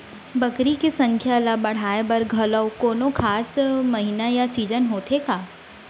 बकरी के संख्या ला बढ़ाए बर घलव कोनो खास महीना या सीजन होथे का?